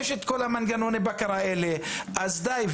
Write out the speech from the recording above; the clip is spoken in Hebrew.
יש את כל מנגנוני הבקרה האלה, אז די.